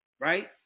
Right